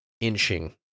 inching